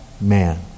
man